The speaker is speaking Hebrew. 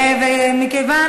מכיוון,